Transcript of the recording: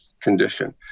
condition